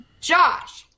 Josh